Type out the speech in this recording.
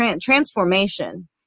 transformation